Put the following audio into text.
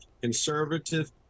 conservative